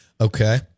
Okay